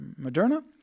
Moderna